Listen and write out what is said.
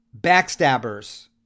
backstabbers